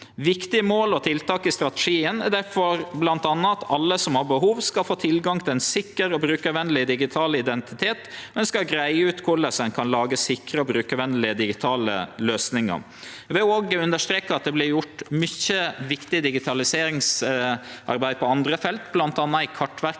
Viktige mål og tiltak i strategien er difor bl.a. at alle som har behov, skal få tilgang til ein sikker og brukar venleg digital identitet. Ein skal greie ut korleis ein kan lage sikre og brukarvenlege digitale løysingar. Eg vil òg understreke at det vert gjort mykje viktig digitaliseringsarbeid på andre felt, bl.a. i Kartverket